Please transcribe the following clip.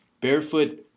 Barefoot-